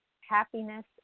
Happiness